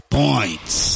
points